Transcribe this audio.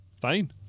Fine